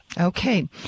Okay